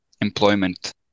employment